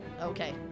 Okay